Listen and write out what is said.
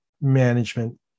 management